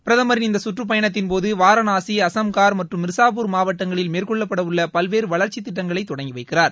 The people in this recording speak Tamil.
பிரதமரின் இந்த சுற்றுப் பயணத்தின்போது வாரணாசி அஸம்கார் மற்றும் மிர்சாபூர் மாவட்டங்களில் மேற்கொள்ளப்பட உள்ள பல்வேறு வளர்ச்சி திட்டங்களை தொடங்கி வைக்கிறார்